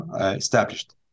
established